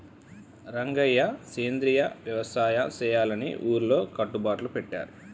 రంగయ్య సెంద్రియ యవసాయ సెయ్యాలని ఊరిలో కట్టుబట్లు పెట్టారు